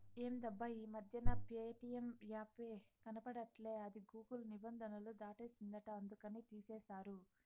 ఎందబ్బా ఈ మధ్యన ప్యేటియం యాపే కనబడట్లా అది గూగుల్ నిబంధనలు దాటేసిందంట అందుకనే తీసేశారు